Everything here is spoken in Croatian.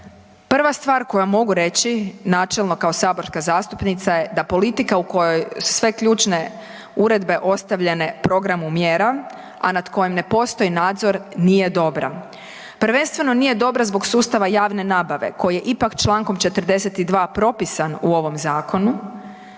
prva stvar koju mogu reći, načelno kao saborska zastupnica je da politika u kojoj sve ključne uredbe ostavljene programu mjera, a nad kojom ne postoji nadzor nije dobra. Prvenstveno nije dobra zbog sustava javne nabave koji je ipak čl. 42. propisan u ovom zakonu,